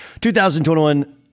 2021